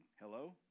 Hello